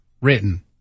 written